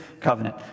covenant